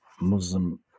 Muslim